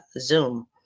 Zoom